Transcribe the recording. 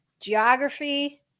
geography